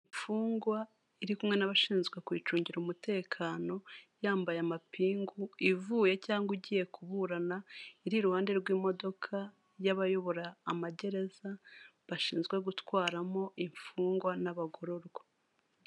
Imfungwa iri kumwe n'abashinzwe kubiyicungira umutekano, yambaye amapingu ivuye cyangwa ugiye kuburana, iri iruhande rw'imodoka y'abayobora amagereza, bashinzwe gutwaramo imfungwa n'abagororwa.